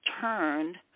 turned